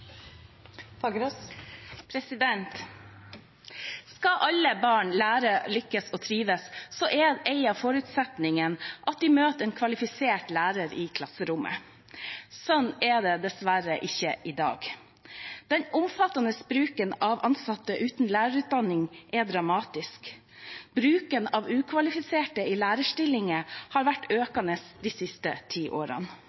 av forutsetningene at de møter en kvalifisert lærer i klasserommet. Sånn er det dessverre ikke i dag. Den omfattende bruken av ansatte uten lærerutdanning er dramatisk. Bruken av ukvalifiserte i lærerstillinger har vært